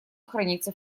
хранится